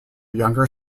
younger